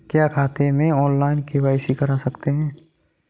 क्या खाते में ऑनलाइन के.वाई.सी कर सकते हैं?